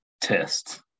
test